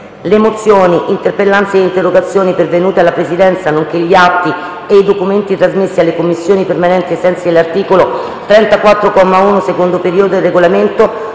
Le mozioni, le interpellanze e le interrogazioni pervenute alla Presidenza, nonché gli atti e i documenti trasmessi alle Commissioni permanenti ai sensi dell’articolo 34, comma 1, secondo periodo, del Regolamento